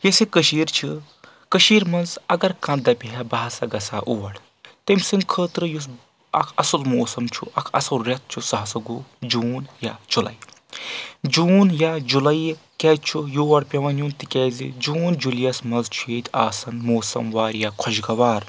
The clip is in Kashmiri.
یۄس یہِ کٔشیٖر چھِ کٔشیٖرِ منٛز اگر کانٛہہ دپہِ ہا بہٕ ہسا گژھہا اور تٔمۍ سٕنٛدۍ خٲطرٕ یُس اکھ اَصٕل موسم چھُ اکھ اَصٕل رؠتھ چھُ سُہ ہسا گوٚو جوٗن یا جولائی جوٗن یا جولائی کیازِ چھُ یور پؠوان یُن تِکیازِ جوٗن جولائیَس منٛز چھُ ییٚتہِ آسان موسم واریاہ خۄش گوار